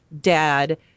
dad